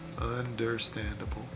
understandable